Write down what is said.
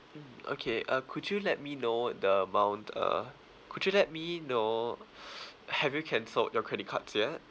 mm okay uh could you let me know the amount uh could you let me know have you cancelled your credit cards yet